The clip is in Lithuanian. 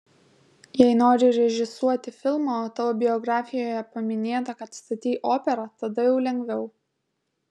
jei nori režisuoti filmą o tavo biografijoje paminėta kad statei operą tada jau lengviau